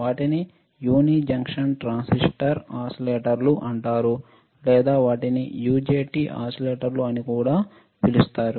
వాటిని unijunction transistor ఓసిలేటర్లు అంటారు లేదా వాటిని యుజెటి ఓసిలేటర్లు అని కూడా పిలుస్తారు